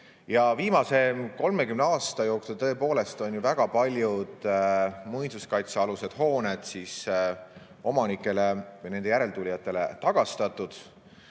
Viimase 30 aasta jooksul on tõepoolest väga paljud muinsuskaitsealused hooned omanikele või nende järeltulijatele tagastatud.